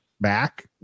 back